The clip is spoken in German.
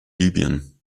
libyen